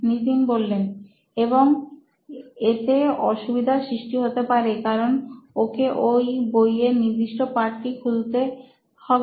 নিতিন এবং এতে অসুবিধার সৃষ্টি হতে পারে কারণ ওকে ওই বইয়ের নির্দিষ্ট পাঠটি খুলতে হবে